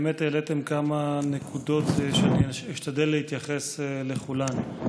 באמת העליתם כמה נקודות ואשתדל להתייחס לכולן.